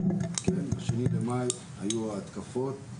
ב-2.5, היו ההתקפות,